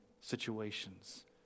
situations